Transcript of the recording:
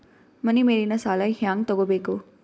ಮನಿ ಮೇಲಿನ ಸಾಲ ಹ್ಯಾಂಗ್ ತಗೋಬೇಕು?